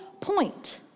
point